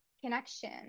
connection